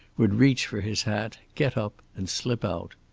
would reach for his hat, get up and slip out.